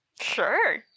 Sure